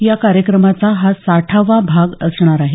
या कार्यक्रमाचा हा साठावा भाग असणार आहे